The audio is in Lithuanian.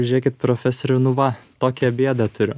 žiūrėkit profesoriau nu va tokią bėdą turiu